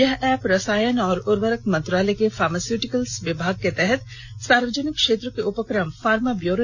यह एप्प रसायन और उवर्रक मंत्रालय के फार्मास्यूटिकल्स विभाग के तहत सार्वजनिक क्षेत्र के उपक्रम फार्मा ब्यूरो ने विकसित किया है